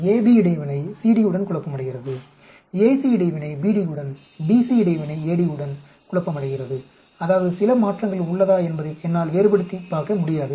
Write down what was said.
AB இடைவினை CD உடன் குழப்பமடைகிறது AC இடைவினை BD உடன் BC இடைவினை AD உடன் குழப்பமடைகிறது அதாவது சில மாற்றங்கள் உள்ளதா என்பதை என்னால் வேறுபடுத்திப் பார்க்க முடியாது